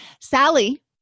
Sally